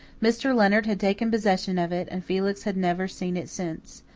mr. leonard had taken possession of it and felix had never seen it since.